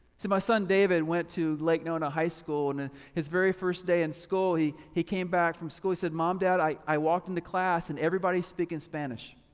see my son david went to lake nona high school and and his very first day in school he he came back from school, he said, mom, dad i walked into class and everybody's speaking spanish.